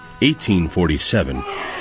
1847